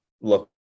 look